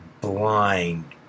blind